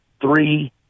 three